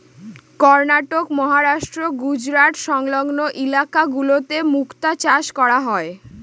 কর্ণাটক, মহারাষ্ট্র, গুজরাট সংলগ্ন ইলাকা গুলোতে মুক্তা চাষ করা হয়